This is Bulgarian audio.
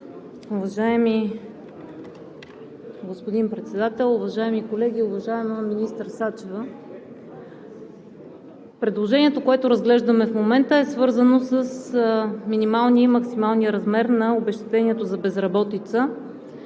Уважаеми господин Председател, уважаеми колеги, уважаема министър Сачева! Предложението, което разглеждаме в момента, е свързано с минималния и максималния размер на обезщетението за безработица,